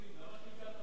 במגזר